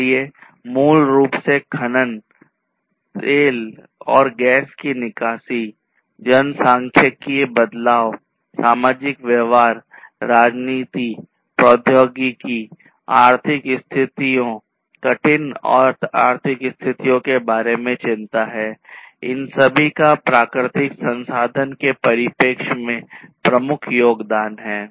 इसलिए मूल रूप से खनन तेल और गैस की निकासी जनसांख्यिकीय बदलाव सामाजिक व्यवहार राजनीति प्रौद्योगिकी आर्थिक स्थितियों कठिन आर्थिक स्थितियों के बारे में चिंता है इन सभी का प्राकृतिक संसाधन के परिपेक्ष में प्रमुख योगदान है